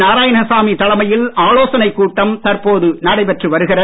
நாராயணசாமி தலைமையில் ஆலோசனைக் கூட்டம் தற்போது நடைபெற்று வருகிறது